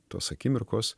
tos akimirkos